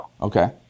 Okay